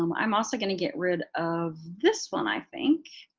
um i'm also going to get rid of this one i think,